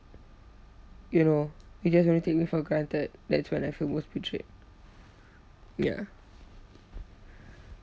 you know you just want to take me for granted that's when I feel most betrayed ya